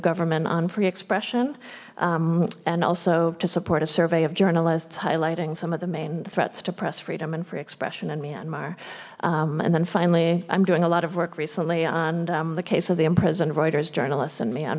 government on free expression and also to support a survey of journalists highlighting some of the main threats to press freedom and free expression in myanmar and then finally i'm doing a lot of work recently on the case of the imprisoned reuters journalists in m